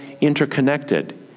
interconnected